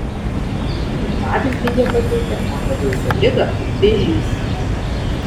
kaip pavyzdį jie pateikė tokią baisią ligą kaip vėžys